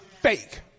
fake